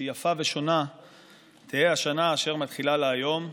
שיפה ושונה תהא השנה אשר מתחילה לה היום,